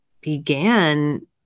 began